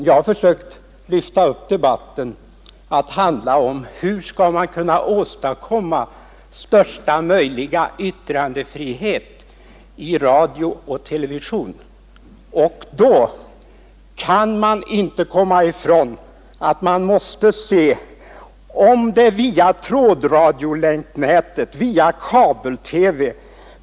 Jag har försökt lyfta upp debatten till att handla om hur man skall kunna åstadkomma största möjliga yttrandefrihet i radio och television. Då kan man inte komma ifrån att man måste inskrida mot att det via trådradiolänknätet och via kabel-TV etc.